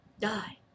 Die